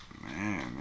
Man